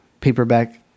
paperback